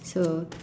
so